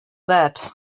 that